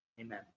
Amen